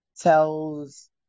tells